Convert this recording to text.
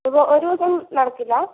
ഇപ്പോൾ ഒരു ദിവസം നടക്കില്ല